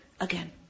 again